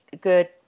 good